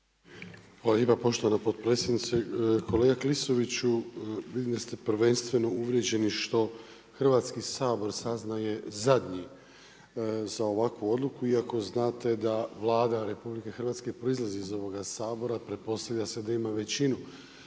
Hvala lijepa poštovana potpredsjednice. Kolega Klisoviću vidim da ste prvenstveno uvrijeđeni što Hrvatski sabor saznaje zadnji za ovakvu odluku, iako znate da Vlada RH proizlazi iz ovoga Sabora pretpostavlja se da ima većinu,